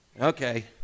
Okay